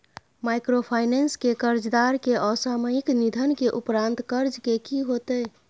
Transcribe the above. Microfinance के कर्जदार के असामयिक निधन के उपरांत कर्ज के की होतै?